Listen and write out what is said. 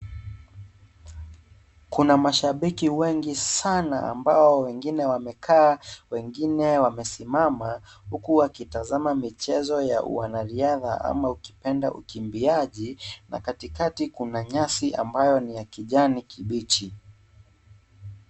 Kuna mashabiki wengi sana ambao wengine wamekaa wengine wamesimama huku wakitazama michezo ya wanariadha ama ukipenda ukimbiaji na katikati kuna nyasi ambayo ni ya kijani kibichi.